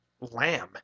Lamb